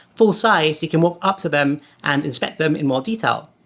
full size. you can walk up to them and inspect them in more detail.